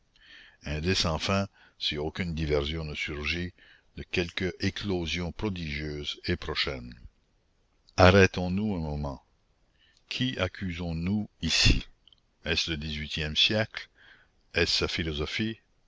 indice enfin si aucune diversion ne surgit de quelque éclosion prodigieuse et prochaine arrêtons-nous un moment qui accusons nous ici est-ce le dix-huitième siècle est-ce sa philosophie